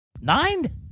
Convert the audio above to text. Nine